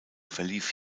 verlief